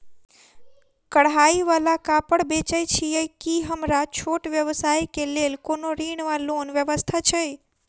कढ़ाई वला कापड़ बेचै छीयै की हमरा छोट व्यवसाय केँ लेल कोनो ऋण वा लोन व्यवस्था छै?